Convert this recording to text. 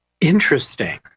Interesting